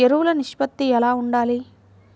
ఎరువులు నిష్పత్తి ఎలా ఉండాలి?